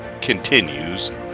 continues